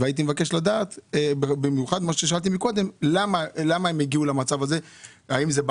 אני הייתי רוצה לדעת למה הם הגיעו למצב הזה ומה מקור